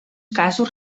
casos